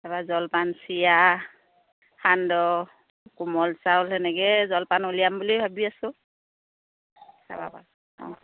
তাৰপৰা জলপান চিৰা সান্দহ কোমল চাউল সেনেকৈ জলপান উলিয়াম বুলি ভাবি আছো অঁ